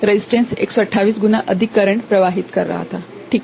प्रतिरोध 128 गुना अधिक करेंट प्रवाहित कर रहा था ठीक है